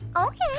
Okay